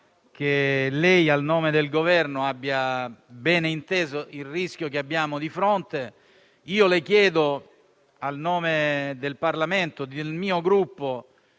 sembra, a nome del Governo, abbia ben inteso il rischio che abbiamo di fronte. Chiedo al Ministro, a nome del Parlamento e del mio Gruppo,